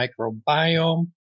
microbiome